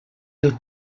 del